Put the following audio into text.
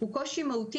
הוא קושי מהותי,